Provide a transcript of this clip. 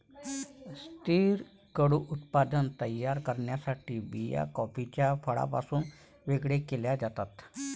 स्थिर क्रूड उत्पादन तयार करण्यासाठी बिया कॉफीच्या फळापासून वेगळे केल्या जातात